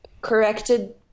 corrected